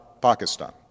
Pakistan